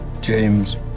James